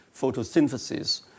photosynthesis